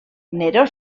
neró